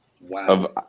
Wow